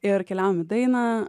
ir keliaujam į dainą